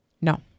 No